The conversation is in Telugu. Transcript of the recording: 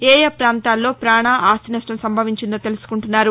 ఏఏ పాంతాలలో పాణ ఆస్తి నష్టం సంభవించిందో తెలుసుకుంటున్నారు